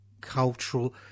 cultural